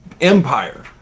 empire